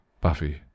Buffy